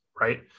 right